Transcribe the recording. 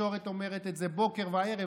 והתקשורת אומרת את זה בוקר וערב,